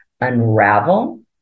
unravel